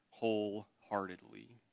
wholeheartedly